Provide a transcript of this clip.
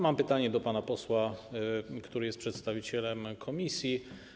Mam pytanie do pana posła, który jest przedstawicielem komisji.